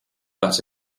but